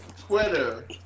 Twitter